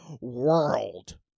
world